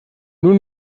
nun